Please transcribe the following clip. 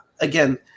again